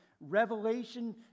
Revelation